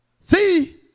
See